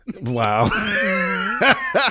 Wow